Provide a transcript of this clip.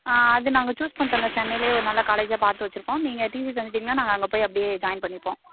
அது நாங்க சூஸ் பண்ணிட்டோங்க சென்னையிலே ஒரு நல்ல காலேஜாக பார்த்து வச்சிருக்கோம் நீங்கள் டிசி தந்துவிட்டீங்கன்னா நாங்கள் அங்கே போய் அப்படியே ஜாய்ன் பண்ணிப்போம்